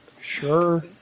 Sure